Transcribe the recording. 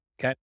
Okay